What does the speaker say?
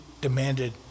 demanded